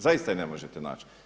Zaista je ne možete naći.